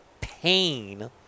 pain